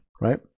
right